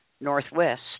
northwest